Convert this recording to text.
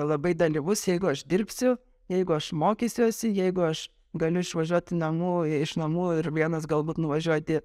labai dalyvus jeigu aš dirbsiu jeigu aš mokysiuosi jeigu aš galiu išvažiuoti namų iš namų ir vienas galbūt nuvažiuoti